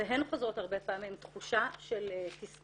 והן חוזרות הרבה פעמים עם תחושה של תסכול,